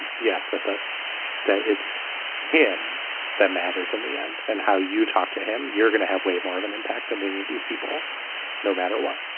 yes that that it's him that matters in the end and how you talk to him you're gonna have way more of an impact than any of these people no matter what.